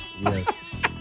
Yes